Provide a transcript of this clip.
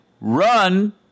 run